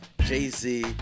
Jay-Z